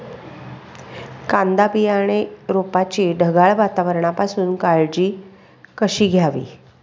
कांदा बियाणे रोपाची ढगाळ वातावरणापासून काळजी कशी घ्यावी?